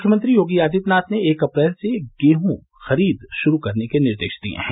मुख्यमंत्री योगी आदित्यनाथ ने एक अप्रैल से गेहूँ खरीद शुरू करने के निर्देश दिये हैं